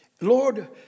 Lord